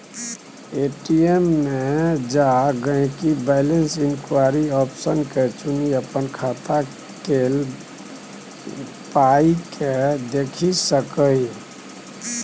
ATM मे जा गांहिकी बैलैंस इंक्वायरी आप्शन के चुनि अपन खाता केल पाइकेँ देखि सकैए